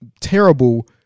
terrible